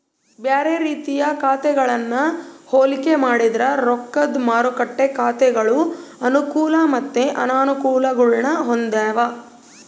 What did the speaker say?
ಬ್ಯಾರೆ ರೀತಿಯ ಖಾತೆಗಳನ್ನ ಹೋಲಿಕೆ ಮಾಡಿದ್ರ ರೊಕ್ದ ಮಾರುಕಟ್ಟೆ ಖಾತೆಗಳು ಅನುಕೂಲ ಮತ್ತೆ ಅನಾನುಕೂಲಗುಳ್ನ ಹೊಂದಿವ